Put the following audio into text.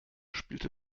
spielte